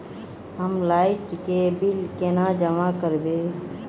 हम लाइट के बिल केना जमा करबे?